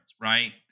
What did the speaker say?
right